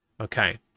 Okay